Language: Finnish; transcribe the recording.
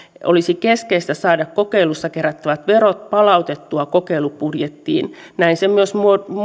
olisi keskeistä saada kokeilussa kerättävät verot palautettua kokeilubudjettiin näin se myös